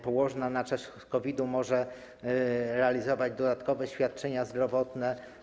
Położna na czas COVID-u może realizować dodatkowe świadczenia zdrowotne.